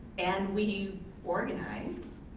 and we organize,